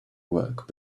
work